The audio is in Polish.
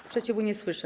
Sprzeciwu nie słyszę.